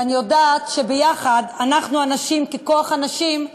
ואני יודעת שביחד אנחנו הנשים, ככוח הנשים,